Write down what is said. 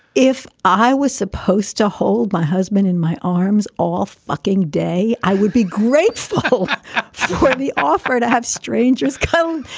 if i was supposed to hold my husband in my arms all fucking day, i would be grateful for the offer to have strangers come.